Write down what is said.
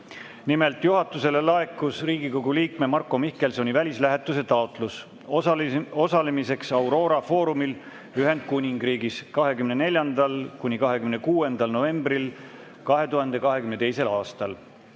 Nimelt, juhatusele laekus Riigikogu liikme Marko Mihkelsoni välislähetuse taotlus osalemiseks Aurora foorumil Ühendkuningriigis 24.–26. novembrini 2022. aastal.